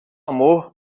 amor